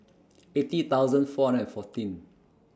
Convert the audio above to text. eighty thousand four hundred and fourteen